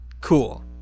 Cool